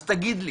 אז תגידו לי